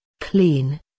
clean